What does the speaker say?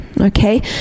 okay